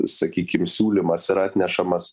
sakykim siūlymas yra atnešamas